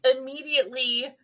immediately